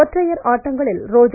ஒற்றையர் ஆட்டங்களில் ரோஜர்